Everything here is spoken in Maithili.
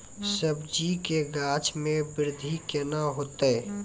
सब्जी के गाछ मे बृद्धि कैना होतै?